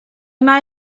mae